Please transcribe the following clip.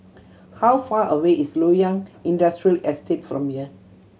how far away is Loyang Industrial Estate from here